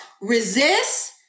resist